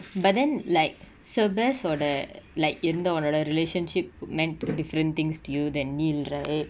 but then like so best ஓட:oda like எந்த ஒன்னோட:entha onnoda relationship meant to different things to you than neel right